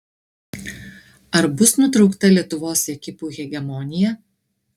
ar bus nutraukta lietuvos ekipų hegemonija